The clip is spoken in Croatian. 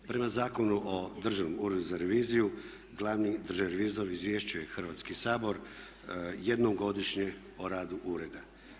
Prema Zakonu o Državnom uredu za reviziju glavni državni revizor izvješćuje Hrvatski sabor jednom godišnje o radu ureda.